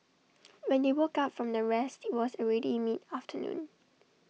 when they woke up from their rest IT was already mid afternoon